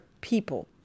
people